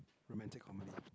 romantic comedy